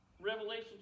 Revelation